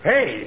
Hey